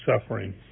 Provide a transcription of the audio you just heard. suffering